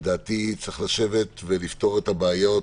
לדעתי צריך לשבת ולפתור את הבעיות